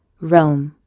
rome.